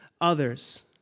others